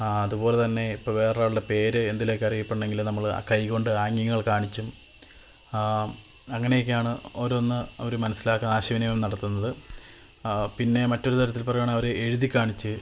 അതുപോലെതന്നെ ഇപ്പം വേറൊരാളുടെ പേര് എന്തിലെക്കെ അറിയപ്പെടുണെങ്കില് നമ്മള് കൈകൊണ്ട് ആംഗ്യങ്ങൾ കാണിച്ചും അങ്ങനെയൊക്കെയാണ് ഓരോന്ന് അവര് മനസ്സിലാക്കുക ആശയവിനിമയം നടത്തുന്നത് പിന്നെ മറ്റൊരു തരത്തില് പറയുവാണേല് അവര് എഴുതികാണിച്ച്